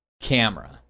camera